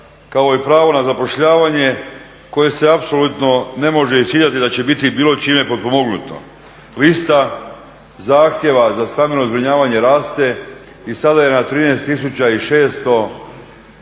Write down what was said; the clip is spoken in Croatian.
kao i pravo na zapošljavanje koje se apsolutno ne može iščitati da će biti bilo čime potpomognuto. Lista zahtjeva za stambeno zbrinjavanje raste i sada je na 13.600